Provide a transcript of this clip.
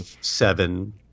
Seven